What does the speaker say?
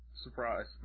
surprise